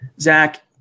Zach